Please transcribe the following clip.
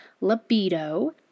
libido